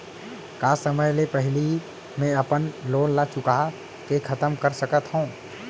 का समय ले पहिली में अपन लोन ला चुका के खतम कर सकत हव?